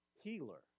healer